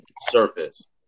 surface